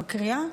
אני מקריאה.